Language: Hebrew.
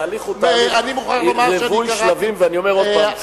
התהליך הוא תהליך רב-שלבים, ואני אומר עוד פעם.